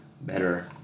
better